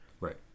Right